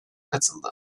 katıldı